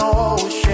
ocean